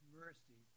mercy